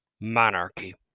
monarchy